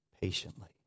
patiently